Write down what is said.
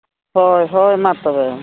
ᱦᱳᱭ ᱦᱳᱭ ᱢᱟ ᱛᱚᱵᱮ